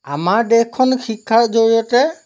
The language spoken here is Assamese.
আমাৰ দেশখন শিক্ষাৰ জৰিয়তে